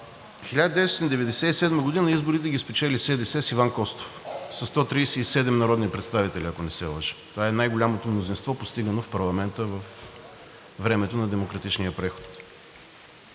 1997 г. изборите ги спечели СДС с Иван Костов със 137 народни представители, ако не се лъжа – това е най-голямото мнозинство, постигано във времето на демократичния преход.